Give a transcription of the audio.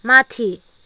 माथि